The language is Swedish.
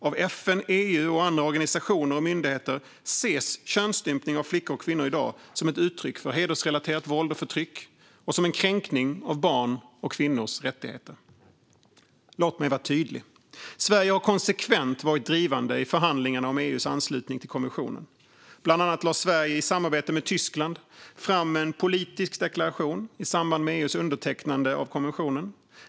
Av FN, EU och andra organisationer och myndigheter ses könsstympning av flickor och kvinnor i dag som ett uttryck för hedersrelaterat våld och förtryck och som en kränkning av barns och kvinnors rättigheter. Låt mig vara tydlig: Sverige har konsekvent varit drivande i förhandlingarna om EU:s anslutning till konventionen. Bland annat lade Sverige i samarbete med Tyskland fram en politisk deklaration i samband med EU:s undertecknande av konventionen.